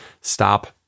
stop